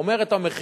אומר את המחיר,